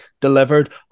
delivered